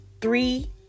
three